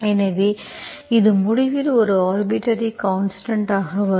எனவே இது முடிவில் ஒரு ஆர்பிட்டர்ரி கான்ஸ்டன்ட் ஆக வரும்